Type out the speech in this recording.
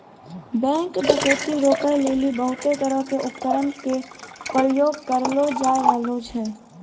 bank डकैती रोकै लेली बहुते तरहो के उपकरण के प्रयोग करलो जाय रहलो छै